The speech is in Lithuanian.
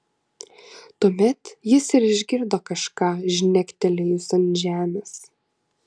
tuomet jis ir išgirdo kažką žnektelėjus ant žemės